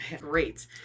great